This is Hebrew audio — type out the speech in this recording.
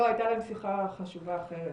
לא, הייתה להם שיחה חשובה אחרת.